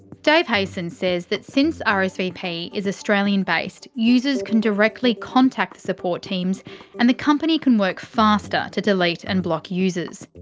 dave heyson says that since ah rsvp is australian based, users can directly contact the support teams and the company can work faster to delete and block users.